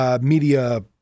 media